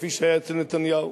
כפי שהיה אצל נתניהו,